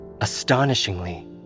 Astonishingly